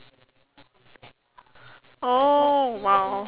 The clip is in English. oh !wow!